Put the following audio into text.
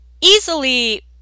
easily